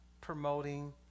promoting